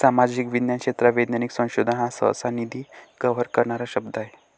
सामाजिक विज्ञान क्षेत्रात वैज्ञानिक संशोधन हा सहसा, निधी कव्हर करणारा शब्द आहे